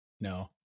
no